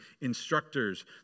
instructors